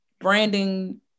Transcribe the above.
branding